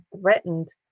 threatened